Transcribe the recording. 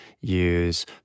use